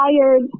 tired